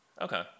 Okay